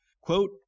Quote